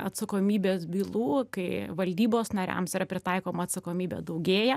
atsakomybės bylų kai valdybos nariams yra pritaikoma atsakomybė daugėja